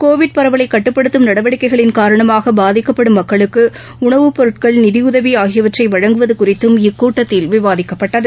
Covid பரவலைக் கட்டுப்படுத்தும் நடவடிக்கைகளின் காரணமாகபாதிக்கப்படும் மக்களுக்குஉணவுப் பொருட்கள் நிதியுதவிஆகியவற்றைவழங்குவதுகுறித்தும் இக்கூட்டத்தில் விவாதிக்கப்பட்டது